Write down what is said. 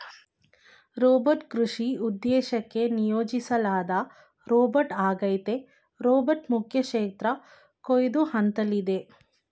robot ಕೃಷಿ ಉದ್ದೇಶಕ್ಕೆ ನಿಯೋಜಿಸ್ಲಾದ ರೋಬೋಟ್ಆಗೈತೆ ರೋಬೋಟ್ ಮುಖ್ಯಕ್ಷೇತ್ರ ಕೊಯ್ಲು ಹಂತ್ದಲ್ಲಿದೆ